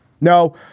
No